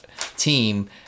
team